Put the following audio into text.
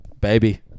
Baby